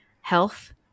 health